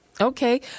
Okay